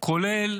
כולל